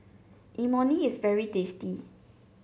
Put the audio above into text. Imoni is very tasty